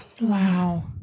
Wow